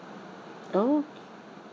oh